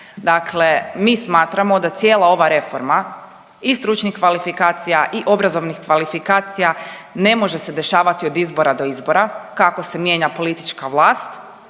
Dakle, mi smatramo da cijela ova reforma i stručnih kvalifikacija i obrazovnih kvalifikacija ne može se dešavati od izbora do izbora kako se mijenja politička vlast,